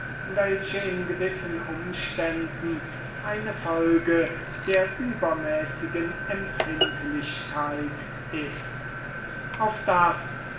welche in gewissen umständen eine folge der übermäßigen empfindlichkeit ist in dasjenige